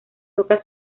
toca